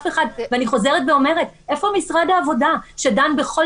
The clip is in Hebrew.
אני חוזרת ואומרת: איפה משרד העבודה שדן בכל